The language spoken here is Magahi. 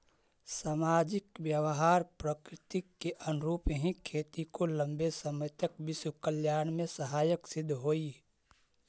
सामाजिक व्यवहार प्रकृति के अनुरूप ही खेती को लंबे समय तक विश्व कल्याण में सहायक सिद्ध होई